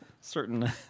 certain